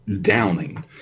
Downing